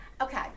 Okay